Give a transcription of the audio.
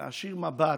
להישיר מבט,